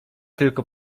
tylko